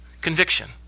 conviction